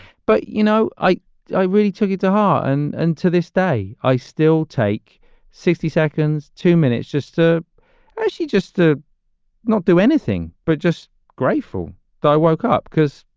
but, you know, i i really took it to heart. and and to this day, i still take sixty seconds to minutes, just ah a she just to not do anything but just grateful that i woke up because,